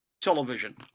television